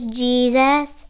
jesus